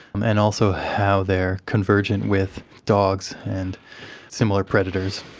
um and also how they are convergent with dogs and similar predators.